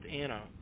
Anna